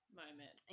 moment